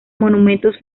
monumentos